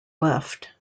left